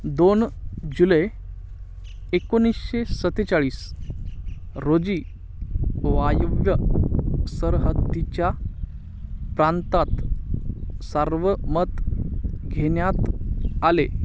दोन जुलै एकोणीसशे सत्तेचाळीस रोजी वायव्य सरहद्दीच्या प्रांतात सार्वमत घेण्यात आले